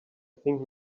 think